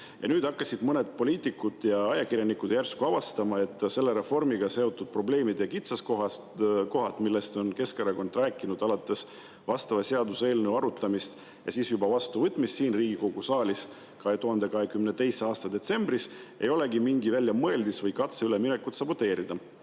Nüüd on mõned poliitikud ja ajakirjanikud järsku avastanud, et selle reformiga seotud probleemid ja kitsaskohad, millest Keskerakond on rääkinud alates vastava seaduseelnõu arutamisest ja ka pärast selle vastuvõtmist siin Riigikogu saalis 2022. aasta detsembris, ei olegi väljamõeldis või katse üleminekut saboteerida.